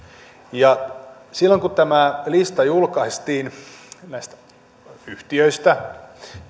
ja huoltovarmuusmerkitystä silloin kun tämä lista näistä yhtiöistä